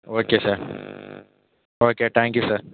okay sir okay thank you sir